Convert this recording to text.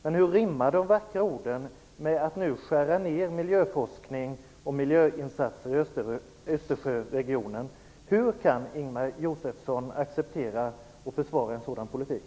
Men hur rimmar de vackra orden med att man nu vill skära ned miljöforskning och miljöinsatser i Östersjöregionen? Hur kan Ingemar Josefsson acceptera och försvara en sådan politik?